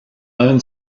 own